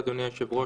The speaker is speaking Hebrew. אדוני היושב-ראש,